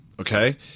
okay